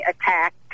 attacked